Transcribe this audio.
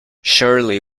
surely